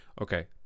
okay